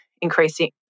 increasing